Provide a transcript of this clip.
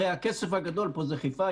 הרי הכסף הגדול פה זה חיפה,